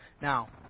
Now